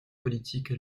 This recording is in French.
politiques